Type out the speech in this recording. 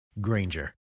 Granger